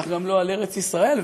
גם לא על ארץ ישראל,